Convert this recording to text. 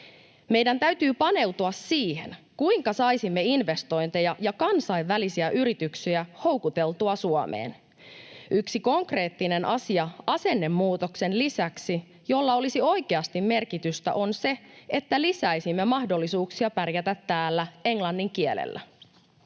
Meidän täytyy paneutua siihen, kuinka saisimme investointeja ja kansainvälisiä yrityksiä houkuteltua Suomeen. Asennemuutoksen lisäksi yksi konkreettinen asia, jolla olisi oikeasti merkitystä, on se, että lisäisimme mahdollisuuksia pärjätä täällä englannin kielellä.